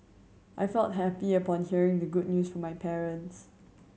I felt happy upon hearing the good news from my parents